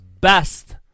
best